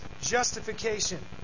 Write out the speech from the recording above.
justification